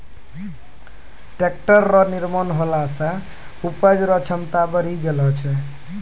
tractor रो निर्माण होला से उपज रो क्षमता बड़ी गेलो छै